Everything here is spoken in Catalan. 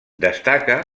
destaca